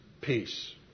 peace